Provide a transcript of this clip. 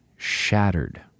shattered